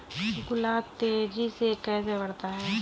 गुलाब तेजी से कैसे बढ़ता है?